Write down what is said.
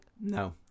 No